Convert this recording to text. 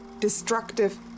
destructive